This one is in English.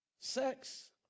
sex